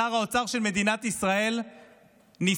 שר האוצר של מדינת ישראל ניסה